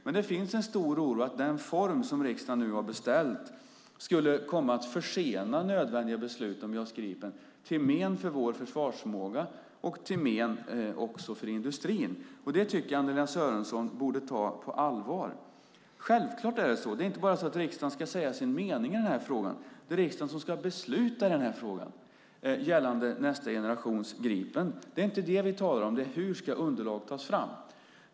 Men det finns en stor oro att den form som riksdagen har beställt skulle komma att försena nödvändiga beslut om JAS Gripen till men för vår försvarsförmåga och till men också för industrin. Det tycker jag att Anna-Lena Sörenson borde ta på allvar. Det är inte bara så att riksdagen ska säga sin mening i frågan utan det är riksdagen som ska besluta i frågan gällande nästa generations Gripen. Det är inte det vi talar om utan hur underlaget ska tas fram.